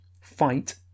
Fight